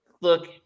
look